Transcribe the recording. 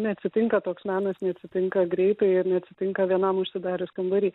neatsitinka toks menas neatsitinka greitai ir neatsitinka vienam užsidarius kambary